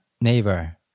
neighbor